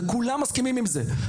וכולם מסכימים עם זה.